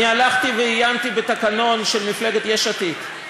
אני הלכתי ועיינתי בתקנון של מפלגת יש עתיד.